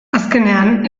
azkenean